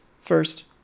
First